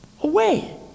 away